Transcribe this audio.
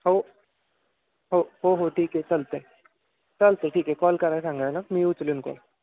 हो हो हो हो ठीक आहे चालत आहे चालत आहे ठीक आहे कॉल कराय सांगा नं मी उचलेन कॉल